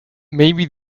maybe